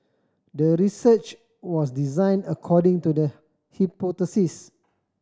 the research was design according to the hypothesis